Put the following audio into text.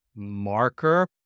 marker